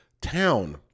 town